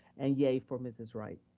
and yay for mrs. wright.